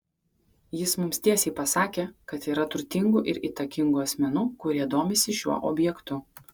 jis mums tiesiai pasakė kad yra turtingų ir įtakingų asmenų kurie domisi šiuo objektu